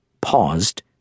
paused